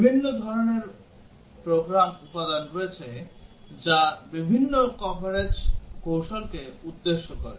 বিভিন্ন ধরণের প্রোগ্রাম উপাদান রয়েছে যা বিভিন্ন কভারেজ কৌশলকে উদ্দেশ্য করে